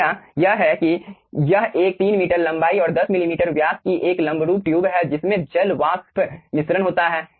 समस्या यह है कि यह एक 3 मीटर लंबाई और 10 मिमी व्यास की एक लंबरूप ट्यूब है जिसमें जल वाष्प मिश्रण होता है